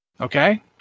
Okay